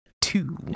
two